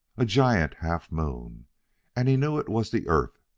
a giant half-moon and he knew it was the earth.